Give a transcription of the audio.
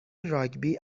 راگبی